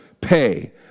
pay